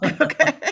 Okay